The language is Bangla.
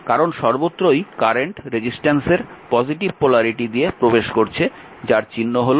কারণ সর্বত্রই কারেন্ট রেজিস্ট্যান্সের পজিটিভ পোলারিটি দিয়ে প্রবেশ করছে যার চিহ্ন হল